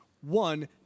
One